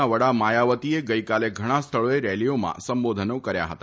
ના વડા માયાવતીએ ગઇકાલે ઘણાં સ્થળોએ રેલીઓમાં સંબોધનો કર્યા હતા